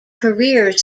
career